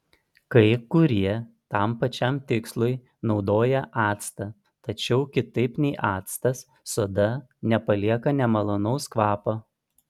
kai kurie tam pačiam tikslui naudoja actą tačiau kitaip nei actas soda nepalieka nemalonaus kvapo